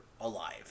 alive